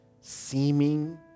seeming